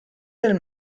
del